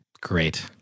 great